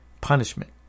punishment